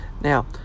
Now